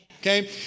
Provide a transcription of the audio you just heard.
okay